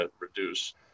reduce